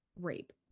rape